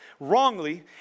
wrongly